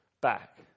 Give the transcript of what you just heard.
back